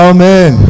Amen